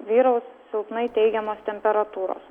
vyraus silpnai teigiamos temperatūros